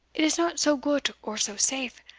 it is not so goot or so safe,